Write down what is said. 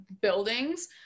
buildings